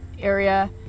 Area